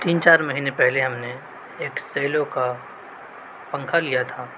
تین چار مہینہ پہلے ہم نے ایک سیلو کا پنکھا لیا تھا